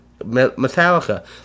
Metallica